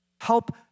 help